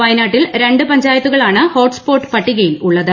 വയനാട്ടിൽ രണ്ട് പഞ്ചായത്തുകളാണ് ഹോട്ട്സ്പോട്ട് പട്ടികയിൽ ഉള്ളത്